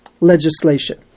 legislation